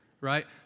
right